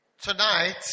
Tonight